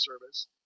service